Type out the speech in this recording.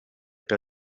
per